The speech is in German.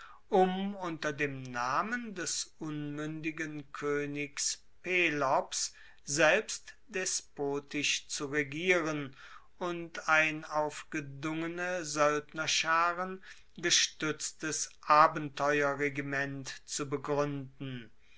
um unter dem namen des unmuendigen koenigs pelops selbst despotisch zu regieren und ein auf gedungene soeldnerscharen gestuetztes abenteurerregiment zu begruenden